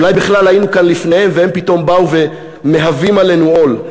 אולי בכלל היינו כאן לפניהם והם פתאום באו ומהווים עלינו עול?